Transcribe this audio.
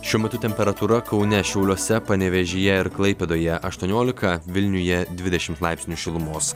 šiuo metu temperatūra kaune šiauliuose panevėžyje ir klaipėdoje aštuoniolika vilniuje dvidešimt laipsnių šilumos